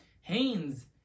Haynes